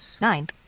nine